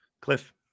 Cliff